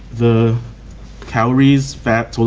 the calories, fat,